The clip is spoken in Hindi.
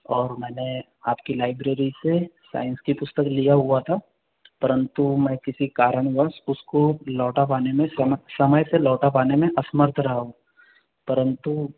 और मैंने आपकी लाइब्रेरी से साइंस की पुस्तक लिया हुआ था परंतु मैं किसी कारण वर्ष उसको लौटा पाने में समय समय से लौटा पाने में असमर्थ रहा हूँ परंतु